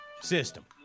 system